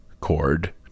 chord